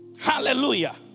hallelujah